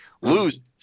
Lose